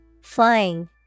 Flying